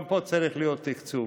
גם פה צריך להיות תקצוב,